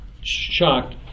shocked